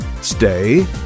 Stay